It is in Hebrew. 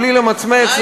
בלי למצמץ,